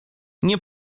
nie